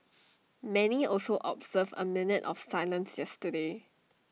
many also observed A minute of silence yesterday